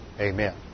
Amen